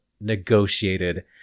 negotiated